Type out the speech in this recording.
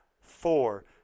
four